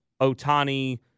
Otani